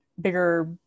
bigger